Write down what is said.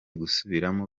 gusubiramo